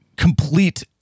complete